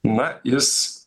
na jis